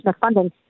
funding